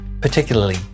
Particularly